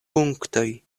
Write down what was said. punktoj